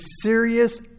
serious